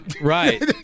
Right